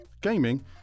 Gaming